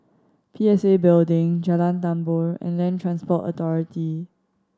P S A Building Jalan Tambur and Land Transport Authority